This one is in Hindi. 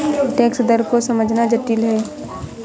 टैक्स दर को समझना जटिल है